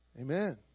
amen